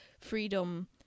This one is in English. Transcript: freedom